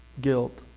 guilt